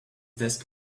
desk